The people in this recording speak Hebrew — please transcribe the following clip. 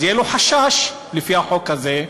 אז יהיה לו חשש לפי החוק הזה,